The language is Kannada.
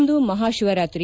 ಇಂದು ಮಹಾ ಶಿವರಾತ್ರಿ